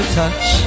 touch